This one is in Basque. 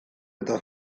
eta